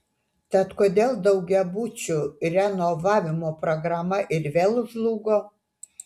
tad kodėl daugiabučių renovavimo programa ir vėl žlugo